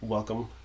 Welcome